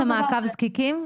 ויש שם מעקב זקיקים?